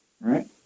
right